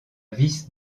vis